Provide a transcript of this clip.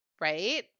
Right